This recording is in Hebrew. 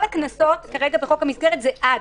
כל הקנסות בחוק המסגרת הם "עד".